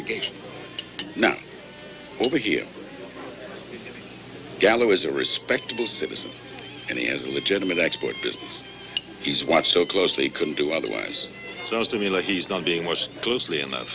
now over here gallo is a respectable citizen and he has a legitimate export business he's watched so closely couldn't do otherwise sounds to me like he's not being watched closely enough